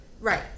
Right